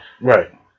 Right